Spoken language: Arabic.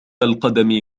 القدم